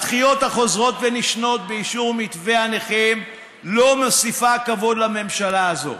הדחיות החוזרות ונשנות באישור מתווה הנכים לא מוסיפות כבוד לממשלה הזו,